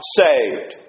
saved